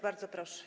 Bardzo proszę.